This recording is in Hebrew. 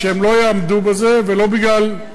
ולא בגלל,